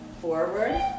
forward